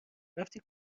رفتی